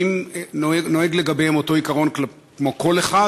האם נוהג לגביהם אותו עיקרון לגבי כמו כל אחד,